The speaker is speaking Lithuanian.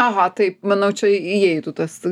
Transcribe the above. aha taip manau čia įeitų tas